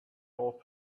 off